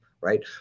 right